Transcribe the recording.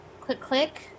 Click-click